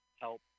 help